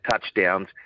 touchdowns